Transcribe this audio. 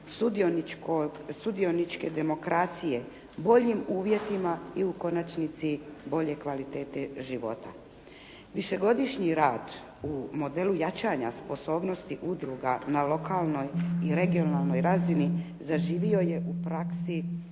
sudioničke demokracije, boljim uvjetima i u konačnici bolje kvalitete života. Višegodišnji rad u modelu jačanja sposobnosti udruga na lokalnoj i regionalnoj razini zaživio je u praksi,